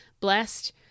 blessed